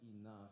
enough